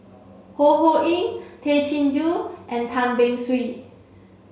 Ho Ho Ying Tay Chin Joo and Tan Beng Swee